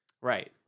Right